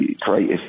creative